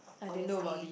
I didn't know about this